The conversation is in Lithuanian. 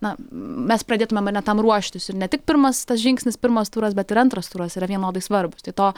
na mes pradėtumėe ar ne tam ruoštis ir ne tik pirmas tas žingsnis pirmas turas bet ir antras turas yra vienodai svarbūs tai to